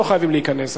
לא חייבים להיכנס,